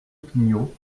pigno